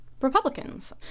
Republicans